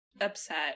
upset